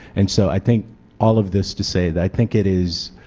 and so i think all of this to say that i think it is